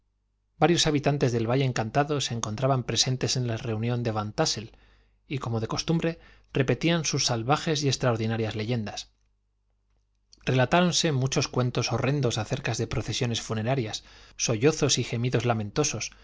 varios habitantes del valle encantado se encontraban presentes en la reunión de van tássel y como de costumbre repetían sus salvajes y extraordinarias leyendas relatáronse muchos cuentos horrendos acerca de procesiones funerarias sollozos y gemidos lamentosos